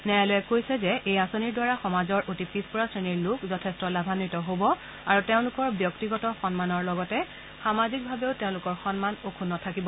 ন্যায়ালয়ে কৈছে যে এই আঁচনিৰ দ্বাৰা সমাজৰ অতি পিছপৰা শ্ৰেণীৰ লোক যথেষ্ট লাভাৱিত হব আৰু তেওঁলোকৰ ব্যক্তিগত সন্মানৰ লগতে সামাজিকভাৱেও তেওঁলোকৰ সন্মান অক্কুগ্ণ থাকিব